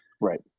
Right